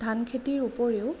ধান খেতিৰ উপৰিও